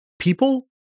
people